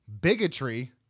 bigotry